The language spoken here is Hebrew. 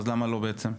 אז למה לא בעצם?